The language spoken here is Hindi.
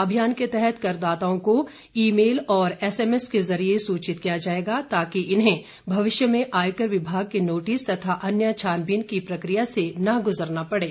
अभियान के तहत करदाताओं को ई मेल और एसएमएस के जरिये सूचित किया जाएगा ताकि इन्हें भविष्य में आयकर विभाग के नोटिस तथा अन्य छानबीन की प्रक्रिया से न गुजरना पड़े